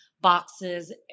boxes